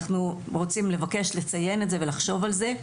אנחנו רוצים לבקש, לציין את זה ולחשוב על זה.